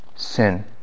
sin